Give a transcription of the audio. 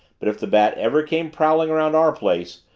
but if the bat ever came prowling around our place,